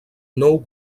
nou